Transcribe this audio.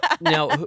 now